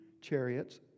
chariots